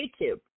YouTube